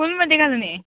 कोणमध्ये घालून ये